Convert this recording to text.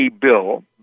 bill